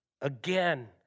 Again